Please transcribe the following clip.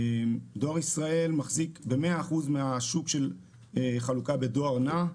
דואר ישראל מחזיק במאה אחוזים מהשוק של חלוקה בדואר נע.